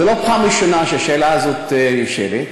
זו לא פעם ראשונה שהשאלה הזאת נשאלת,